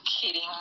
kidding